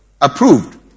approved